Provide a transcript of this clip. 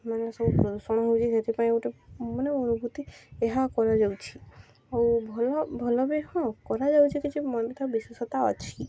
ମାନେ ସବୁ ପ୍ରଦୂଷଣ ହେଉଛି ସେଥିପାଇଁ ଗୋଟେ ମାନେ ଅନୁଭୂତି ଏହା କରାଯାଉଛି ଆଉ ଭଲ ଭଲ ବି ହଁ କରାଯାଉଛିି କିଛି ମନ ତା' ବିଶେଷତା ଅଛି